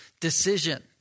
decision